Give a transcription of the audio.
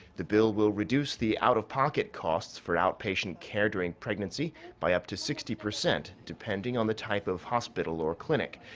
the bill will reduce the out-of-pocket costs for outpatient care during pregnancy by up to sixty percent, depending on the type of hospital or clinic.